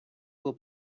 will